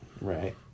Right